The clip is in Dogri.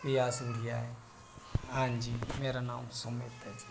फ्ही अस उठी आए हंजी मेरा नां सुमित है जी